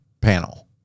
panel